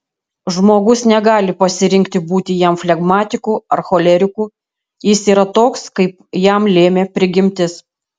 žmogus negali pasirinkti būti jam flegmatiku ar choleriku jis yra toks kaip jam lėmė prigimtis